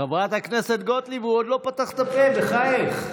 חברת הכנסת גוטליב, הוא עוד לא פתח את הפה, בחייך.